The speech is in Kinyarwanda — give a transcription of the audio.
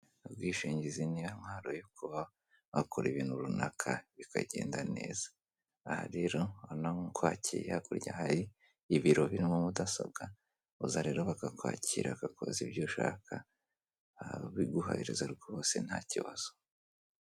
Ubwishingizi ni yo ntwaro yo kuba wakora ibintu runaka bikagenda neza. Aha rero urabona nkuko hakeye hakurya hari ibiro birimo mudasobwa uza rero bakakwakira bakakubaza ibyo ushaka aha babiguhereza rwose ntakibazo.